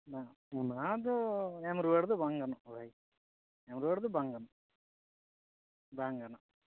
ᱢᱟ ᱚᱱᱟ ᱫᱚ ᱮᱢ ᱨᱩᱣᱟᱹᱲ ᱫᱚ ᱵᱟᱝ ᱜᱟᱱᱚᱜᱼᱟ ᱵᱷᱟᱹᱭ ᱮᱢ ᱨᱩᱣᱟᱹᱲ ᱫᱚ ᱵᱟᱝ ᱜᱟᱱᱚᱜᱼᱟ ᱵᱟᱝ ᱜᱟᱱᱚᱜᱼᱟ